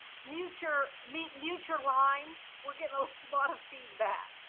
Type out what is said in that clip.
mute your mic mute your line we're getting a lot of feedback.